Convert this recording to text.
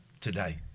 today